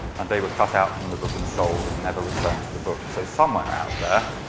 and they were cut out from the book and sold and never returned to the book. so, somewhere out there,